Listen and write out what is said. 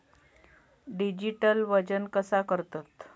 Digital वजन कसा करतत?